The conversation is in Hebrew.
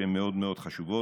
שהן מאוד מאוד חשובות.